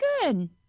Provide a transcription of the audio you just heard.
good